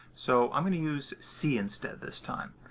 so i'm going to use c instead this time.